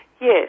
Yes